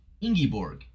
Ingeborg